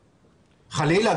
חלילה,